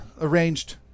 arranged